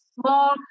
small